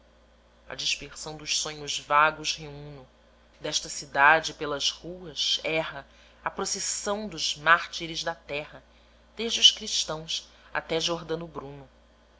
a dispersão dos sonhos vagos reúno desta cidade pelas ruas erra a procissão dos mártires da terra desde os cristãos até giordano bruno